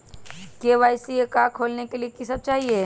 KYC का का खोलने के लिए कि सब चाहिए?